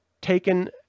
taken